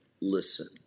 listen